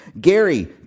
Gary